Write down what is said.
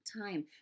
time